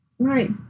Right